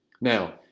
Now